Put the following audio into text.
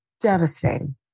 devastating